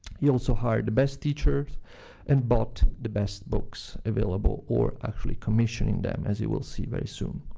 he also hired the best teachers and bought the best books available, or actually commissioning them, as you will see very soon.